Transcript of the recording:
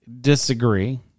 disagree